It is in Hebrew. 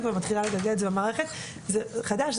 זה חדש.